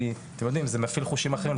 כי אתם יודעים זה מפעיל חושים אחרים,